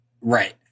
Right